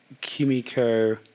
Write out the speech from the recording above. Kimiko